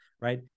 right